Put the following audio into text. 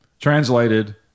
translated